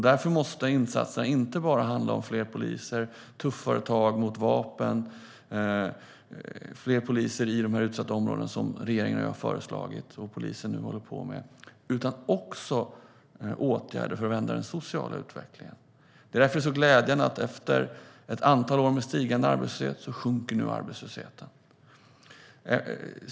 Därför måste insatserna inte bara handla om fler poliser i de här utsatta områdena och tuffare tag mot vapen som regeringen har föreslagit och polisen nu håller på med, utan det måste också vara åtgärder för att vända den sociala utvecklingen. Det är därför det är så glädjande att arbetslösheten nu sjunker efter att ett antal år ha stigit.